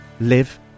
live